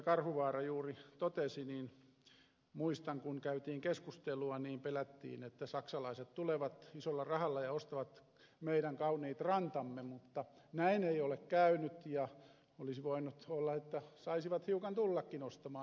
karhuvaara juuri totesi muistan kun käytiin keskustelua niin pelättiin että saksalaiset tulevat isolla rahalla ja ostavat meidän kauniit rantamme mutta näin ei ole käynyt ja olisi voinut olla että saisivat hiukan tullakin ostamaan